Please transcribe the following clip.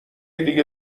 دیگه